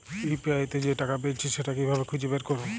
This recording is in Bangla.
ইউ.পি.আই তে যে টাকা পেয়েছি সেটা কিভাবে খুঁজে বের করবো?